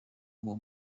uwo